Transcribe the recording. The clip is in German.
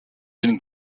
den